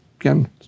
again